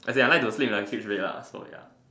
as in I like to sleep on a huge bed lah so ya